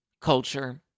Culture